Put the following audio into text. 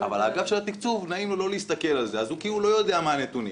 אבל לאגף של התקצוב נעים לא להסתכל על זה כאילו הוא לא יודע מה הנתונים.